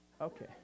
Okay